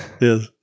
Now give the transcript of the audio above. Yes